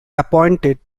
appointed